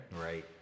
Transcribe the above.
Right